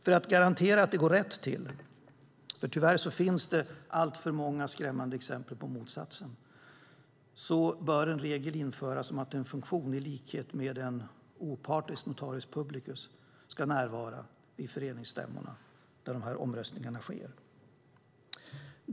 För att garantera att det hela går rätt till - tyvärr finns alltför många skrämmande exempel på motsatsen - bör en regel införas om att en funktion i likhet med en opartisk notarius publicus ska närvara vid föreningsstämmorna där omröstningarna sker.